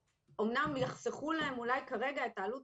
אומנם יחסכו להם אולי כרגע את העלות